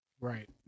Right